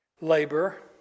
labor